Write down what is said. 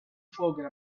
forgot